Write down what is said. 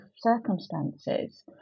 circumstances